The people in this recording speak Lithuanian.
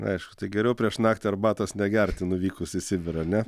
aišku tai geriau prieš naktį arbatos negerti nuvykus į sibirą ar ne